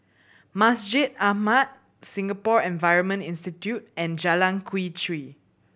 Masjid Ahmad Singapore Environment Institute and Jalan Quee Chew